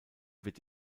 wird